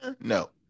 no